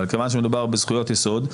אבל מכיוון שמדובר בזכויות יסוד,